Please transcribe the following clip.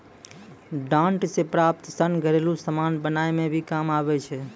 डांट से प्राप्त सन घरेलु समान बनाय मे भी काम आबै छै